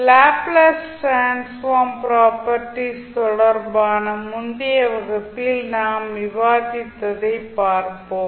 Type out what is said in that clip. Laplace transform properties தொடர்பான முந்தைய வகுப்பில் நாம் விவாதித்ததைப் பார்ப்போம்